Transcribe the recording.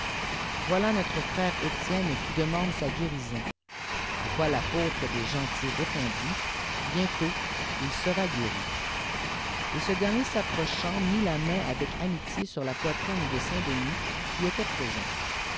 voilà notre frère etienne qui demande sa çuérison a quoi l'apôtre des gentils répondit bientôt il sera guén et ce dernier s'approchant mit la main avec amitié sur la poitrine de saint denis qui était présent